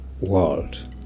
world